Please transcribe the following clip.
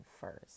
first